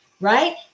right